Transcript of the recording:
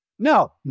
No